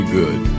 good